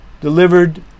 delivered